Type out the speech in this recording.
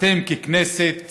אתם ככנסת